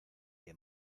que